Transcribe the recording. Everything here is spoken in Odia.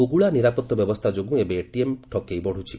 ହୁଗୁଳା ନିରାପତ୍ତା ବ୍ୟବସ୍ଥା ଯୋଗୁଁ ଏବେ ଏଟିଏମ୍ ଠକେଇ ବଢ଼ୁଛି